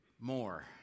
more